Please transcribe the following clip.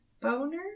boner